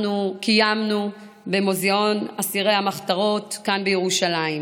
אנחנו קיימנו במוזיאון אסירי המחתרות כאן בירושלים.